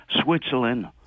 Switzerland